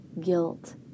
guilt